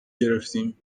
گرفتیم